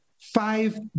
five